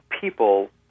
people